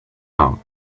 out